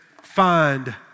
find